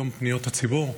יום פניות הציבור,